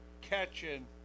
catching